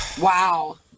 wow